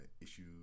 issues